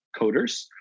coders